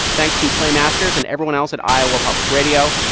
thanks to clay masters and everyone else at iowa public radio.